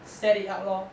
set it up lor